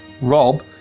Rob